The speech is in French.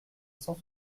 cent